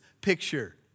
picture